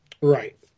Right